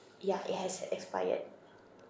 ya it has expired